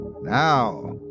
Now